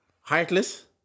heartless